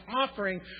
offering